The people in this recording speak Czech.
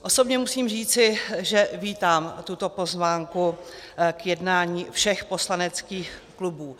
Osobně musím říci, že vítám tuto pozvánku k jednání všech poslaneckých klubů.